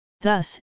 Thus